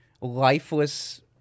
lifeless